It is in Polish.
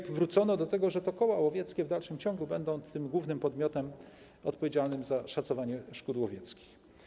I wrócono do tego, że to koła łowieckie w dalszym ciągu będą tym głównym podmiotem odpowiedzialnym za szacowanie szkód łowieckich.